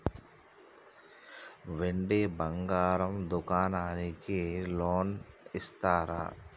వెండి బంగారం దుకాణానికి లోన్ ఇస్తారా?